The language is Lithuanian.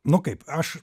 nu kaip aš